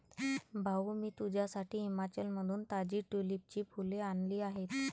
भाऊ, मी तुझ्यासाठी हिमाचलमधून ताजी ट्यूलिपची फुले आणली आहेत